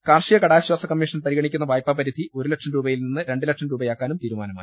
കാർഷിക കടാശ്ചാസ commission പരിഗണിക്കുന്ന വായ്പാപരിധി ഒരു ലക്ഷം രൂപയിൽ നിന്ന് രണ്ട് ലക്ഷം രൂപയാക്കാനും തീരുമാനമായി